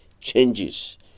changes